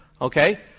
Okay